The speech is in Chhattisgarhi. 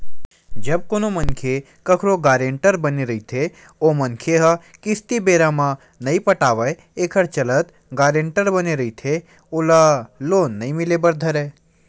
जब कोनो मनखे कखरो गारेंटर बने रहिथे ओ मनखे ह किस्ती बेरा म नइ पटावय एखर चलत गारेंटर बने रहिथे ओला लोन नइ मिले बर धरय